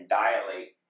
dilate